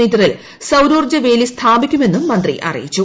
മീറ്ററിൽ സൌരോർജ്ജ വേലി സ്ഥാപിക്കുമെന്നും മന്ത്രി അറിയിച്ചു